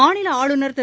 மாநில ஆளுநர் திரு